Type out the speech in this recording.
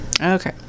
Okay